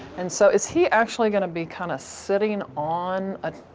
and so is he actually going to be kind of sitting on a,